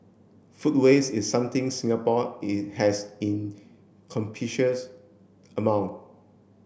food waste is something Singapore it has in amount